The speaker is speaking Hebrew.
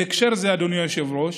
בהקשר זה, אדוני היושב-ראש,